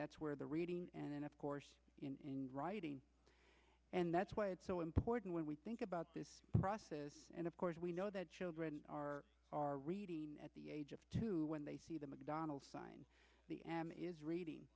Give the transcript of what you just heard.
that's where the reading and of course in writing and that's why it's so important when we think about this process and of course we know that children are are reading at the age of two when they see the mcdonald's sign the m is reading